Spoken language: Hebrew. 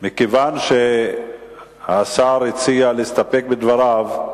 מכיוון שהשר הציע להסתפק בדבריו,